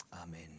Amen